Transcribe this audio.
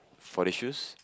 for the shoes